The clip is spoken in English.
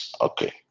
Okay